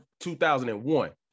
2001